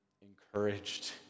encouraged